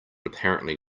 apparently